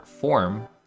form